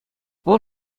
вӑл